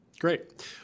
Great